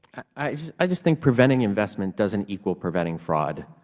i just think preventing investments doesn't equal preventing fraud,